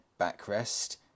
backrest